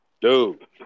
dude